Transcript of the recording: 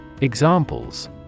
Examples